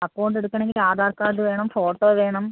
account എടുക്കണമെങ്കിൽ Aadhaar card വേണം photo വേണം